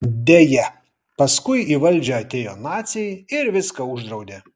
deja paskui į valdžią atėjo naciai ir viską uždraudė